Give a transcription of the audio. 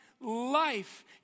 life